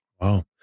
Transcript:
Wow